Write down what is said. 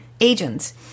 agents